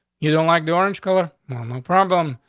you don't like the orange color. my problem.